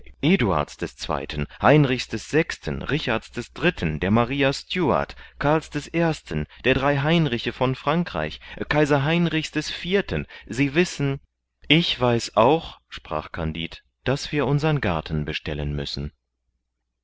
eduards ii heinrichs vi richards iii der maria stuart karls i der drei heinriche von frankreich kaiser heinrichs iv sie wissen ich weiß auch sprach kandid das wir unsern garten bestellen müssen